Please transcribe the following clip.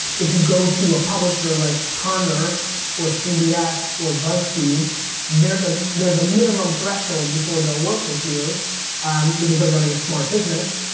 if you go to a publisher like turner or cbs or buzzfeed there's ah there's a minimum threshold before they'll work with you because they're running a smart business.